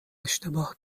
اشتباه